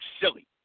silly